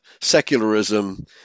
secularism